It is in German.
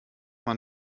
man